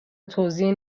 توزیع